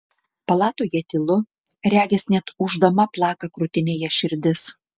palatoje tylu regis net ūždama plaka krūtinėje širdis